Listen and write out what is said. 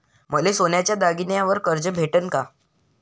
मले सोन्याच्या दागिन्यावर कर्ज भेटन का?